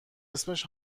اسمش